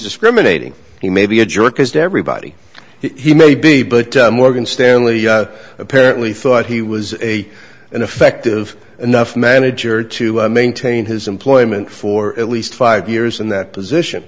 discriminating he may be a jerk as everybody he may be but morgan stanley apparently thought he was a an effective enough manager to maintain his employment for at least five years in that position